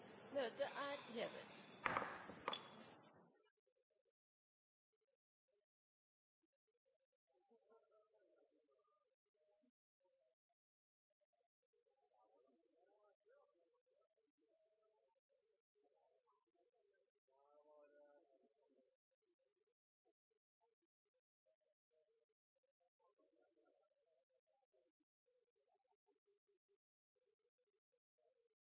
Møtet er hevet.